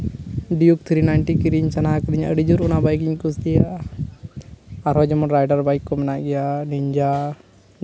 dew three ninety ᱠᱤᱨᱤᱧ ᱥᱟᱱᱟ ᱠᱟᱫᱤᱧᱟ ᱟᱹᱰᱤ ᱡᱳᱨ ᱚᱱᱟ ᱵᱟᱹᱭᱤᱠᱤᱧ ᱠᱩᱥᱤᱭᱟᱜᱼᱟ ᱟᱨᱦᱚᱸ ᱡᱮᱢᱚᱱ ᱨᱟᱭᱰᱟᱨ ᱵᱟᱹᱭᱤᱠ ᱠᱚ ᱢᱮᱱᱟᱜ ᱜᱮᱭᱟ ᱱᱤᱱᱡᱟ